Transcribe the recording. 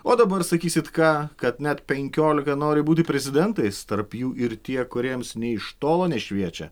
o dabar sakysit ką kad net penkiolika nori būti prezidentais tarp jų ir tie kuriems nė iš tolo nešviečia